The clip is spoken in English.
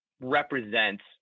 represents